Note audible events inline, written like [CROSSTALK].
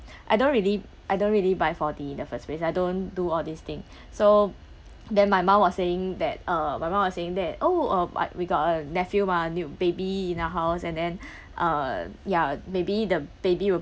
I don't really I don't really buy four D in the first place I don't do all this thing so then my mom was saying that uh my mom was saying that oh uh uh we got a nephew mah new baby in the house and then [BREATH] uh ya maybe the baby will